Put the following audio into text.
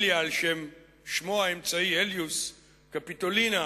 "אליה" על שם שמו האמצעי אליוס, "קפיטולינה"